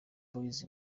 boyz